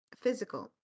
physical